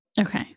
Okay